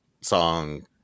song